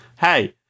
Hey